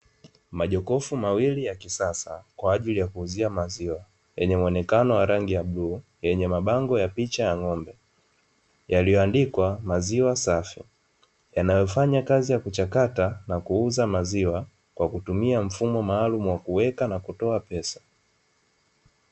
Majokofu mawili ya kisasa kwa ajili ya kuuzia maziwa, yenye muonekano wa rangi ya bluu; yenye mabango ya picha ya ng'ombe, yaliyoandikwa maziwa safi. Yanayofanya kazi ya kuchakata na kuuza maziwa, kwa kutumia mfumo maalumu wa kuweka na kutoa pesa.